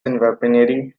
weaponry